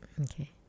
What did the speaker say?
Okay